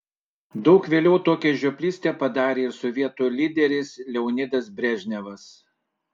daug vėliau tokią žioplystę padarė ir sovietų lyderis leonidas brežnevas